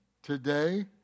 Today